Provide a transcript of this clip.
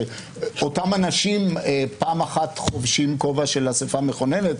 שאותם אנשים פעם אחת חובשים כובע של אספה מכוננת,